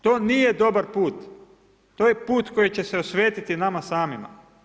To nije dobar put, to je put koji će osvetiti nama samima.